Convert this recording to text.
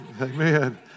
Amen